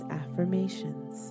affirmations